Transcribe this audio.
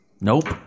Nope